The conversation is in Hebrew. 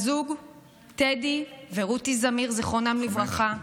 הזוג טדי ורותי זמיר, זיכרונם לברכה,